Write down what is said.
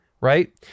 right